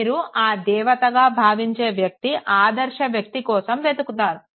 మీరు ఆ దేవతగా భావించే వ్యక్తి ఆదర్శ వ్యక్తి కోసం వెతుకుతారు